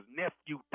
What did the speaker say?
nephew